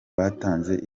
batanze